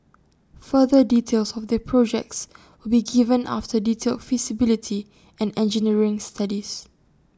further details of the projects will be given after detailed feasibility and engineering studies